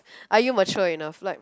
are you mature enough like